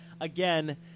again